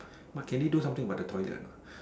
but can they do something about the toilet anot